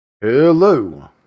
Hello